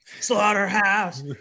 Slaughterhouse